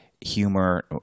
humor